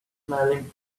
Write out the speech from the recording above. smiling